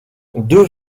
deux